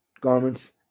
garments